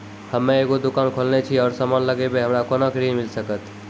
हम्मे एगो दुकान खोलने छी और समान लगैबै हमरा कोना के ऋण मिल सकत?